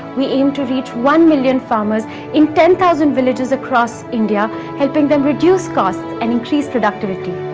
we aim to reach one million farmers in ten thousand villages across india, helping them reduce costs and increase productivity.